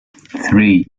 three